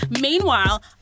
Meanwhile